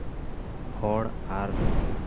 ᱦᱚᱲ ᱟᱨ